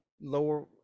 lower